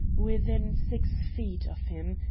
within six feet of him,